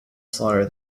slaughter